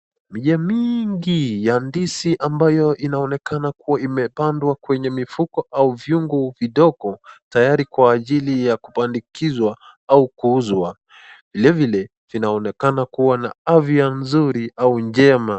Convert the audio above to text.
Mimea mingi ya ndizi ambazo inaonekana imepandwa kwenye mifuko au viuongo vidogo tayari kwa ajili ya kupandikizwa au kuuzwa. Vile vile, vinaonekana kua na afya nzuri au njema.